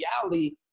reality